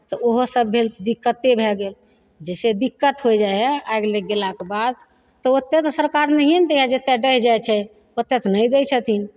तऽ ओहो सब भेल दिक्कते भए गेल जैसे दिक्कत होइ जाइ हइ आगि लागि गेलाक बाद तऽ ओते तऽ सरकार नहिये ने दै हइ जते डहि जाइ हइ ओते तऽ नहि दै छथिन